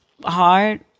hard